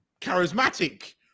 charismatic